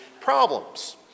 problems